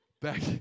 back